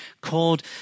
called